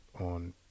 on